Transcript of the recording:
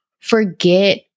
forget